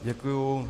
Děkuju.